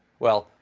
well,